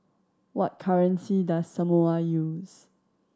what currency does Samoa use